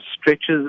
stretches